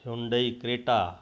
Hyundai Creta